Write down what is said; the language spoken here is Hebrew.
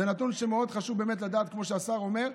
זה נתון שחשוב מאוד לדעת, כמו שהשר אומר.